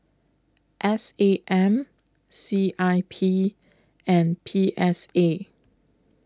S A M C I P and P S A